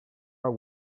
are